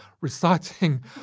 reciting